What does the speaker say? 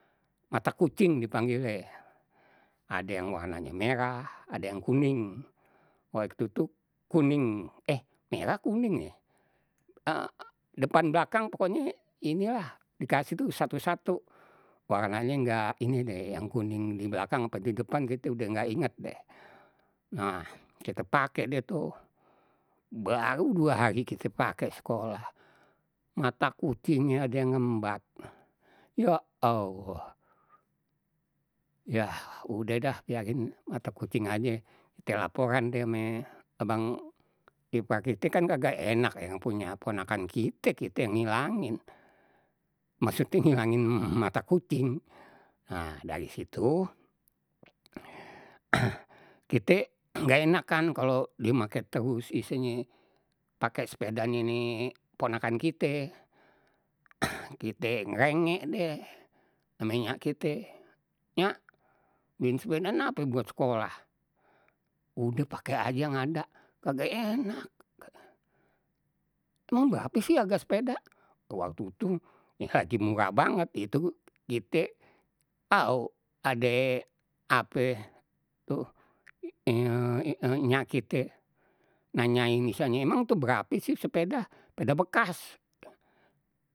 Mata kucing dipanggilnye, ade yang warnanye merah ade yang kuning, waktu tu kuning eh merah kuning ye, e depan belakang pokoknye inilah dikasih tu satu-satu, warnanye nggak ini deh yang kuning belakang apa didepan kite udah nggak inget deh. Nah kita pake deh tu, baru dua hari kita pake sekolah mata kucingnye ada yang ngembat, ya allah. Yah udeh dah biarin mata kucing aje nti laporan deh ame abang ipar kita kan kagak enak yang punya ponakan kite, kite yang ngilangin, maksudnye ngilangin mata kucing. Nah dari situ kite nggak enak kan kalau die make terus istilahnye pake sepedanye ni ponakan kite, kite ngrengek deh ame nyak kite, nyak beliin sepeda nape buat sekolah, udeh pake aje yang ada kagak enak, emang berape sih harga sepeda waktu tu lagi murah banget itu kite au ade ape tuh nyak kite nanyain mang tu berape sih sepedah, sepeda bekas.